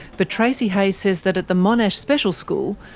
but tracey hayes says that at the monash special school,